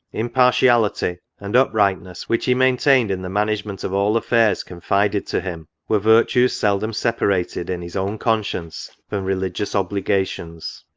impartiality, and up rightness which he maintained in the management of all af fairs confided to him, were virtues seldom separated in his own conscience from religious obligations.